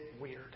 weird